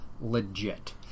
legit